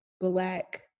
Black